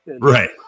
Right